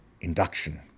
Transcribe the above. induction